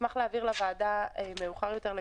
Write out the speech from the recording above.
אשמח להעביר לוועדה מאוחר יותר.